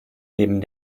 neben